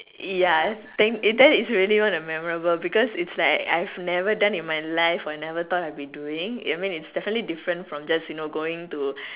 ya it does it's really one of the memorable because it's like I've never done in my life or I've never thought I'd be doing I mean it's definitely different from just you know going to